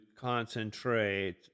concentrate